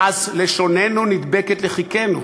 אז לשוננו נדבקת לחיכנו.